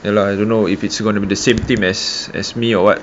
ya lah I don't know if it's going to be the same team as me or what